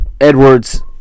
Edwards